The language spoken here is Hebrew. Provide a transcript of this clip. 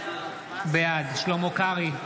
בעד שלמה קרעי,